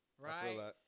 right